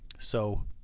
so